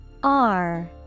-R